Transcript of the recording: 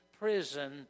prison